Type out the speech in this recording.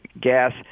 gas